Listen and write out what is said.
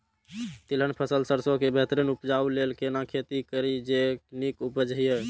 तिलहन फसल सरसों के बेहतरीन उपजाऊ लेल केना खेती करी जे नीक उपज हिय?